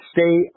Stay